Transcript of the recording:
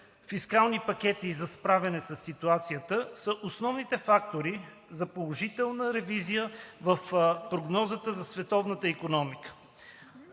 фискални пакети за справяне със ситуацията, са основните фактори за положителната ревизия в прогнозата за световната икономика.